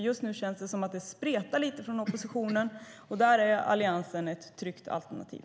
Just nu känns det som att det spretar lite grann inom oppositionen. Därför är Alliansen ett tryggt alternativ.